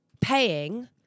paying